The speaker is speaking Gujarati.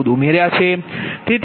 14 ઉમેર્યા છે